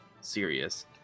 serious